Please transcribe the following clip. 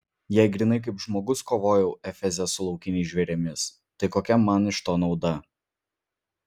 jei grynai kaip žmogus kovojau efeze su laukiniais žvėrimis tai kokia man iš to nauda